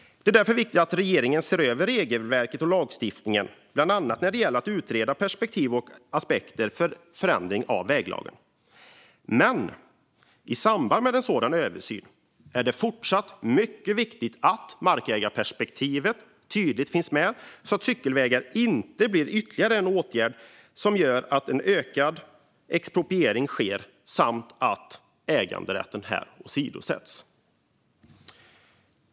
Det är därför viktigt att regeringen ser över regelverket och lagstiftningen, bland annat när det gäller att utreda perspektiv och aspekter av en förändring i väglagen. Men i samband med en sådan översyn är det fortsatt mycket viktigt att markägarperspektivet tydligt finns med så att cykelvägar inte blir ytterligare en åtgärd som leder till en ökad expropriering och att äganderätten åsidosätts.